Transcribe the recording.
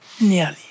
Nearly